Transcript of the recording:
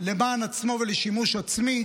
למען עצמו ולשימוש עצמי,